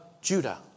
Judah